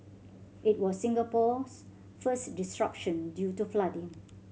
it was Singapore's first disruption due to flooding